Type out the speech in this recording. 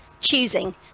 choosing